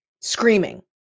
screaming